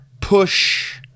push